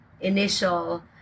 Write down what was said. initial